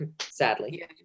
sadly